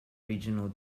regional